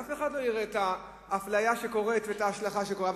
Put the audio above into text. אף אחד לא יראה את האפליה שקורית ואת ההשלכה שקורית,